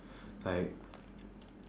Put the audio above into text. like